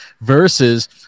versus